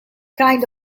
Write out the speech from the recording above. kind